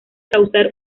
causar